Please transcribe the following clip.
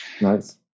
Nice